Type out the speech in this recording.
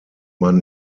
man